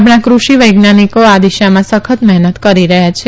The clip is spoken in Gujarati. આપણા કૃષિ વૈજ્ઞાનિકો આ દિશામાં સખત મહેનત કરી રહ્યા છે